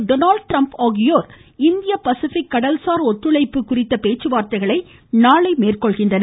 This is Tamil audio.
டொனால்ட் ட்ரம்ப் ஆகியோர் இந்திய பசிபிக் கடல்சார் ஒத்துழைப்பு குறித்து பேச்சுவார்த்தைகளை நாளை மேற்கொள்கின்றனர்